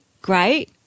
great